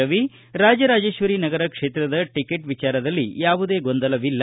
ರವಿ ರಾಜರಾಜೇಶ್ವರಿ ನಗರ ಕ್ಷೇತ್ರದ ಟಿಕೆಟ್ ವಿಚಾರದಲ್ಲಿ ಯಾವುದೇ ಗೊಂದಲವಿಲ್ಲ